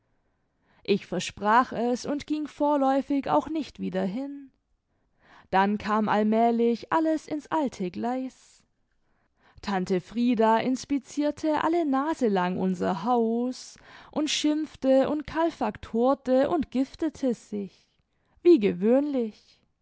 ich versprach es und ging vorläufig auch nicht wieder bin dann kam allmählich alles ins alte gleis tante frieda inspizierte alle naselang unser haus und schimpfte und kalfaktorte und giftete sich wie gewöhnlich